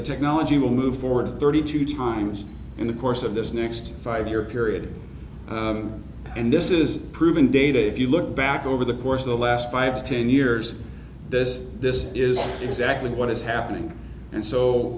the technology will move forward thirty two times in the course of this next five year period and this is proving data if you look back over the course of the last five to ten years this this is exactly what is happening and so